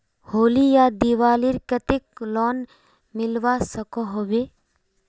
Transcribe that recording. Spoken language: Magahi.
होली या दिवालीर केते लोन मिलवा सकोहो होबे?